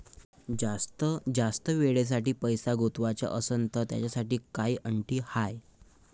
जास्त वेळेसाठी पैसा गुंतवाचा असनं त त्याच्यासाठी काही अटी हाय?